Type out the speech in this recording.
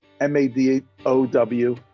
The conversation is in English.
M-A-D-O-W